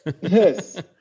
Yes